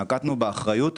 אנחנו נקטנו באחריות,